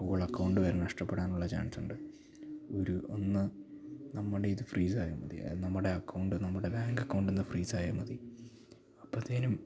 whole account വരെ നഷ്ടപ്പെടാനുള്ള chance ഉണ്ട് ഒരു ഒന്ന് നമ്മുടെ ഇത് ഫ്രീസായാൽ മതി അത് നമ്മുടെ അക്കൗണ്ട് നമ്മുടെ ബാങ്ക് അക്കൗണ്ട് ഒന്ന് ഫ്രീസായാൽ മതി അപ്പോഴത്തേക്കും